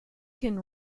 can